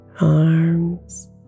arms